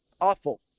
awful